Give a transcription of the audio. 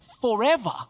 forever